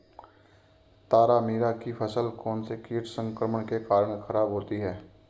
तारामीरा की फसल कौनसे कीट संक्रमण के कारण खराब होती है?